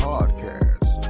Podcast